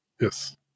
yes